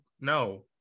no